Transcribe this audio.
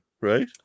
right